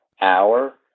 hour